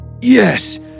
Yes